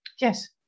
yes